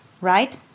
Right